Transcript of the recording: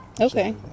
Okay